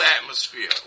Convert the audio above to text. atmosphere